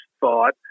thought